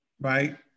right